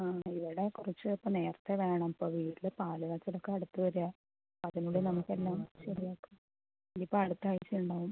ആ ഇവിടെ കുറച്ചുദിവസം നേരത്തേ വേണം ഇപ്പോൾ വീട്ടിൽ പാലുകാച്ചലൊക്കെ അടുത്തുവരുകയാണ് അതിനുള്ളിൽ നമുക്കെല്ലാം ശരിയാക്കാം ഇനിയിപ്പോൾ അടുത്തയാഴ്ച ഉണ്ടാവും